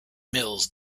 mills